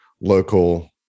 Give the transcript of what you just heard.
local